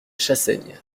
chassaigne